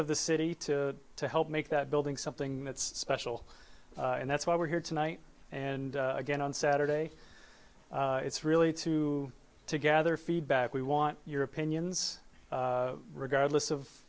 of the city to to help make that building something that's special and that's why we're here tonight and again on saturday it's really to gather feedback we want your opinions regardless